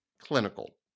Clinical